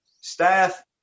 staff